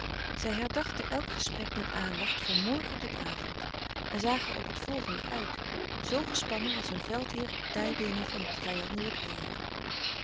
zij herdachten elk gesprek met aandacht van morgen tot avond en zagen op t volgende uit zoo gespannen als een veldheer op tijdingen van t vijandelijk